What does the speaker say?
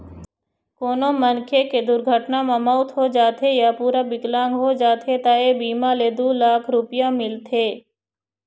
कोनो मनखे के दुरघटना म मउत हो जाथे य पूरा बिकलांग हो जाथे त ए बीमा ले दू लाख रूपिया मिलथे